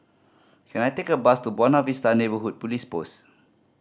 can I take a bus to Buona Vista Neighbourhood Police Post